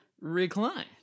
Recline